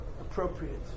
appropriate